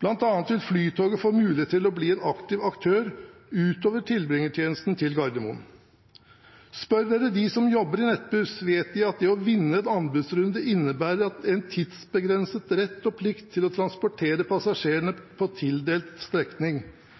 Blant annet vil Flytoget få mulighet til å bli en aktiv aktør utover tilbringertjenesten til Gardermoen. Spør man dem som jobber i Nettbuss, vet de at det å vinne en anbudsrunde innebærer en tidsbegrenset rett og plikt til å transportere passasjerene på tildelt strekning.